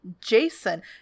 Jason